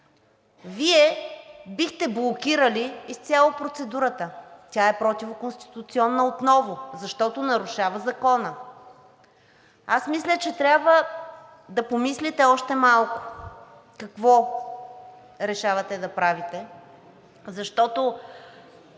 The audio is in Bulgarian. Вие бихте блокирали изцяло процедурата! Тя е противоконституционна отново, защото нарушава закона. Аз мисля, че трябва да помислите още малко какво решавате да правите, защото